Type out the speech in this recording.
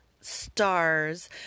stars